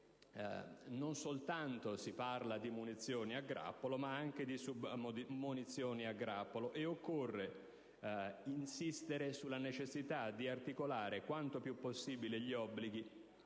non soltanto si parla di munizioni a grappolo ma anche di submunizioni a grappolo, e occorre insistere sulla necessità di articolare quanto più possibile gli obblighi